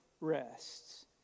rests